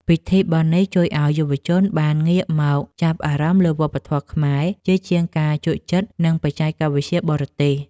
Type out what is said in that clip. ពិធីបុណ្យនេះជួយឱ្យយុវជនបានងាកមកចាប់អារម្មណ៍លើវប្បធម៌ខ្មែរ ជាជាងការជក់ចិត្តនឹងបច្ចេកវិទ្យាបរទេស។